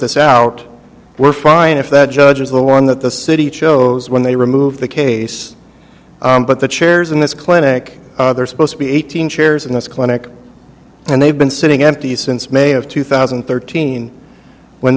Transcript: this out we're fine if that judge is the one that the city chose when they remove the case but the chairs in this clinic they're supposed to be eighteen chairs in this clinic and they've been sitting empty since may of two thousand and thirteen when